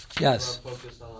Yes